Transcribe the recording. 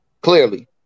Clearly